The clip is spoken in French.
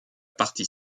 partie